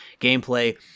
gameplay